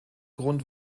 grund